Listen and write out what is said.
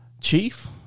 Chief